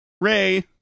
Ray